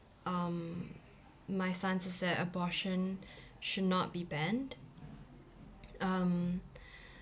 um my stance is that abortion should not be banned um